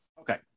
Okay